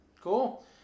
Cool